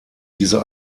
diese